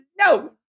no